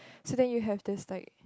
so then you have just like